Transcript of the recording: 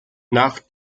nach